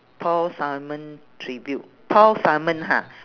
paul simon tribute paul simon ha